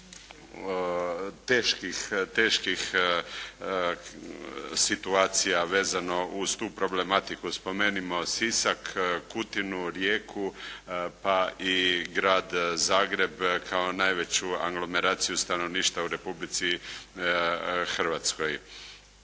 teških situacija vezano uz tu problematiku. Spomenimo Sisak, Kutinu, Rijeku pa i Grad Zagreb kao najveću anglomeraciju stanovništva u Republici Hrvatskoj.